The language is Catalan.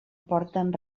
porten